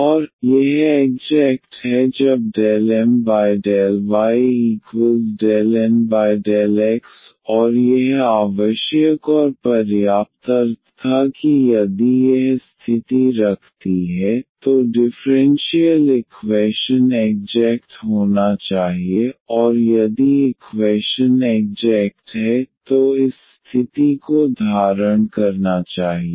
और यह एग्जेक्ट है जब ∂M∂y∂N∂x और यह आवश्यक और पर्याप्त अर्थ था कि यदि यह स्थिति रखती है तो डिफ़्रेंशियल इक्वैशन एग्जेक्ट होना चाहिए और यदि इक्वैशन एग्जेक्ट है तो इस स्थिति को धारण करना चाहिए